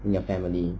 in your family